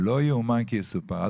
לא יאומן כי יסופר.